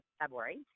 February